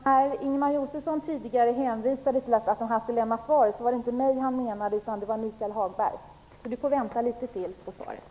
Herr talman! När Ingemar Josefsson tidigare hänvisade till att svaret skulle lämnas av en annan ledamot, var det inte mig han menade utan Michael Hagberg. Så Tuve Skånberg får vänta litet till på svaret.